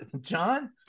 John